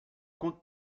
compte